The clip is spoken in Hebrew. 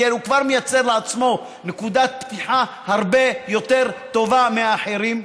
הוא כבר מייצר לעצמו נקודת פתיחה הרבה יותר טובה מהאחרים.